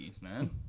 man